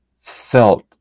felt